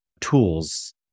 tools